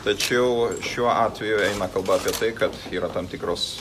tačiau šiuo atveju eina kalba apie tai kad yra tam tikros